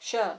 sure